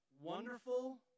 wonderful